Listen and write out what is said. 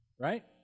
Right